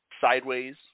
sideways